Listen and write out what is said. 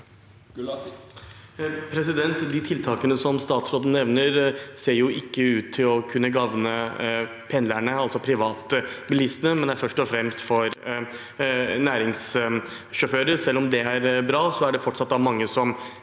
De tiltakene som statsråden nevner, ser ikke ut til å kunne gagne pendlerne, altså privatbilister. De er først og fremst for næringssjåfører. Selv om det er bra, er det fortsatt mange som